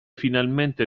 finalmente